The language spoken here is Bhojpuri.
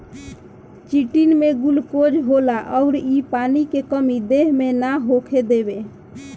चिटिन में गुलकोज होला अउर इ पानी के कमी देह मे ना होखे देवे